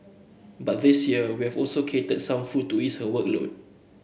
but this year we have also catered some food to ease her workload